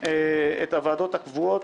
את הוועדות הקבועות.